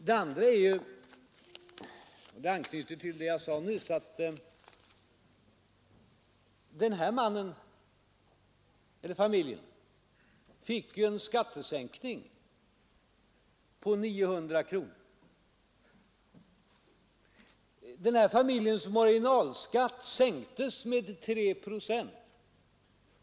Vidare — och det anknyter till vad jag sade nyss — fick den här familjen en skattesänkning på 900 kronor. På socialdemokratins förslag sänktes marginalskatten med 3 procent.